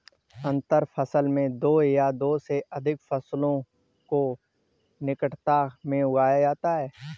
अंतर फसल में दो या दो से अघिक फसलों को निकटता में उगाया जाता है